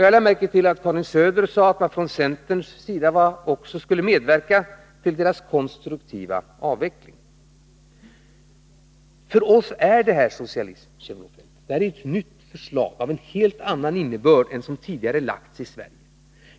Jag lade märke till att Karin Söder sade att man från centerns sida också skulle medverka till fondernas konstruktiva avveckling. För oss är detta socialism, Kjell-Olof Feldt. Detta är ett nytt förslag, av en helt annan innebörd än som tidigare lagts fram i Sverige.